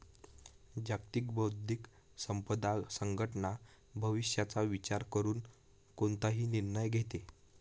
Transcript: जागतिक बौद्धिक संपदा संघटना भविष्याचा विचार करून कोणताही निर्णय घेते